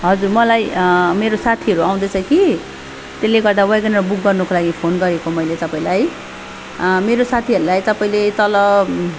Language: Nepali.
हजुर मलाई मेरो साथीहरू आउँदैछ कि त्यसले गर्दा वेगनआर बुक गर्नको लागि फोन गरेको मैले तपाईँलाई मेरो साथीहरूलाई तपाईँले तल